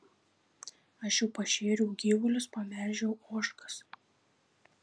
aš jau pašėriau gyvulius pamelžiau ožkas